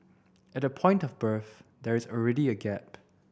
at the point of birth there is already a gap